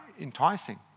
enticing